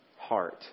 heart